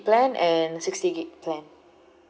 plan and sixty gig plan